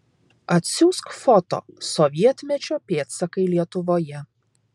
atsiųsk foto sovietmečio pėdsakai lietuvoje